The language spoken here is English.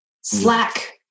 Slack